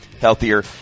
Healthier